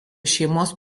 šeimos